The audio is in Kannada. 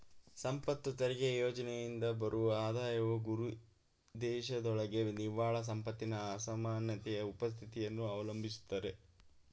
ಸಂಪತ್ತು ತೆರಿಗೆ ಯೋಜ್ನೆಯಿಂದ ಬರುವ ಆದಾಯವು ಗುರಿದೇಶದೊಳಗೆ ನಿವ್ವಳ ಸಂಪತ್ತಿನ ಅಸಮಾನತೆಯ ಉಪಸ್ಥಿತಿಯನ್ನ ಅವಲಂಬಿಸಿರುತ್ತೆ